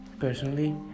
Personally